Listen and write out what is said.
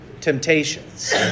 temptations